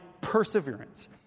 perseverance